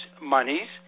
monies